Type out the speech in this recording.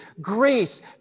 Grace